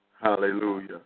Hallelujah